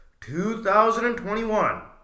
2021